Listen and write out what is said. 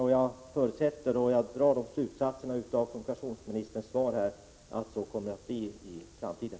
Jag förutsätter med utgångspunkt i kommunikationsministerns svar att det kommer att bli så i framtiden.